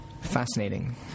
Fascinating